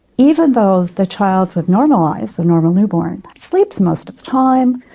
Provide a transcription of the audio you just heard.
even though the child with normal eyes, the normal newborn, sleeps most of the time,